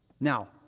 Now